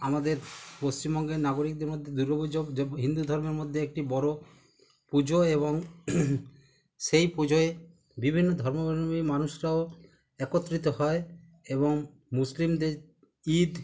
আমাদের পশ্চিমবঙ্গের নাগরিকদের মধ্যে দুর্গা পুজো যে হিন্দু ধর্মের মধ্যে একটি বড়ো পুজো এবং সেই পুজোয় বিভিন্ন ধর্মাবলম্বীর মানুষরাও একত্রিত হয় এবং মুসলিমদের ঈদ